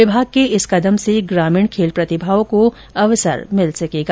विभाग के इस कदम से ग्रामीण खेल प्रतिभाओं को अवसर मिल सकेगा